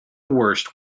worst